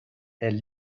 elles